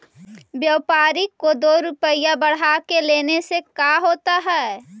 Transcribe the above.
व्यापारिक के दो रूपया बढ़ा के लेने से का होता है?